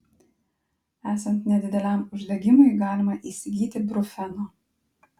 esant nedideliam uždegimui galima įsigyti brufeno